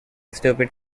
stupid